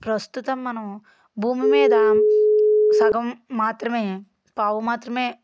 ప్రస్తుతం మనము భూమి మీద సగం మాత్రమే పావు మాత్రమే